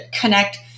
connect